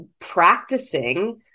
practicing